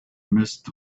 midst